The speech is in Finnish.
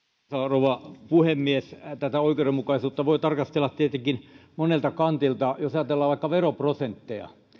rouva puhemies oikeudenmukaisuutta voi tarkastella tietenkin monelta kantilta jos ajatellaan vaikka veroprosentteja